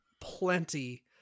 plenty